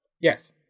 Yes